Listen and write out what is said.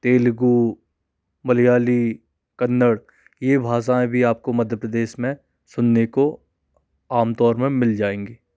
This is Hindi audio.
तेलुगू मलयाली कन्नड़ यह भाषाएं भी आपको मध्य प्रदेश में सुनने को आमतौर में मिल जाएंगी